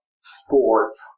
sports